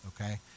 okay